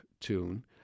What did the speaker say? tune